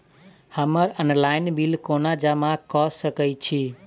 हम्मर online bill कोना जमा कऽ सकय छी?